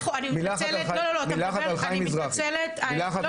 מילה אחת על חיים מזרחי.